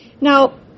Now